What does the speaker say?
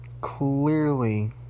Clearly